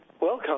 Welcome